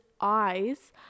eyes